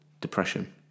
depression